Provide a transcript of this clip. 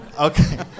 Okay